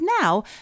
now